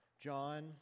John